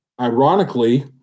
ironically